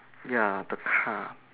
ya the car